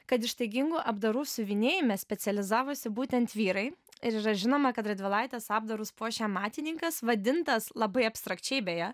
kad ištaigingų apdarų siuvinėjime specializavosi būtent vyrai ir yra žinoma kad radvilaitės apdarus puošė matininkas vadintas labai abstrakčiai beje